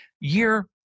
year